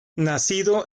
nacido